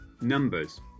numbers